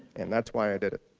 and that's why i did it.